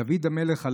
דוד המלך,